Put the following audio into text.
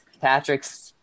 Patrick's